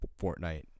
Fortnite